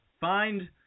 Find